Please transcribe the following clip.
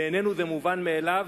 בעינינו זה מובן מאליו,